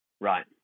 right